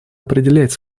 определять